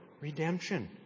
redemption